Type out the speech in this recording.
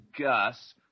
Gus